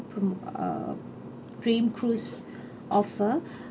pro~ uh dream cruise offer